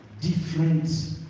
different